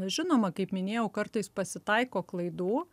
žinoma kaip minėjau kartais pasitaiko klaidų